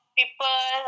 people